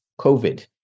COVID